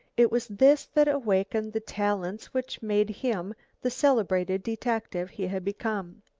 it was this that awakened the talents which made him the celebrated detective he had become.